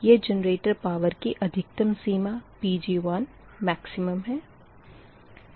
यह generator power की अधिकतम सीमा Pg1max है